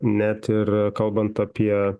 net ir kalbant apie